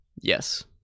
Yes